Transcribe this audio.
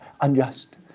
Unjust